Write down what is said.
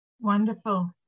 Wonderful